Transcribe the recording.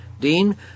Dean